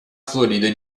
florida